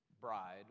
bride